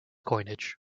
coinage